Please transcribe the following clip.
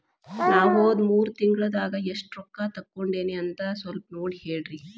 ನಾ ಹೋದ ಮೂರು ತಿಂಗಳದಾಗ ಎಷ್ಟು ರೊಕ್ಕಾ ತಕ್ಕೊಂಡೇನಿ ಅಂತ ಸಲ್ಪ ನೋಡ ಹೇಳ್ರಿ